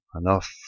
enough